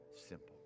simple